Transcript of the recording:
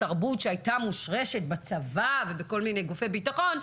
התרבות שהייתה מושרשת בצבא ובכל מיני גופי ביטחון,